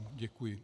Děkuji.